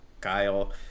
Kyle